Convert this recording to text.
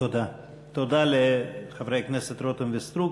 תודה לחברי הכנסת רותם וסטרוק.